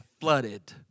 flooded